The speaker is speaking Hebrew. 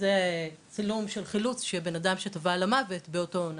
זה צילום של חילוץ של בן אדם שטבע למוות באותו הנחל.